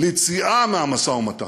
ליציאה מהמשא-ומתן,